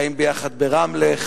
חיים ביחד ברמלה,